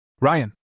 Ryan